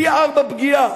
פי-ארבעה פגיעה.